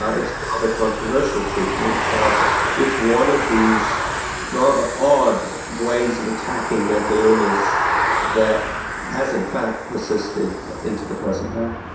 ah it's a rather controversial treatment, but it's one of these rather odd ways of attacking mental illness that has in fact persisted into the present day.